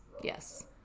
Yes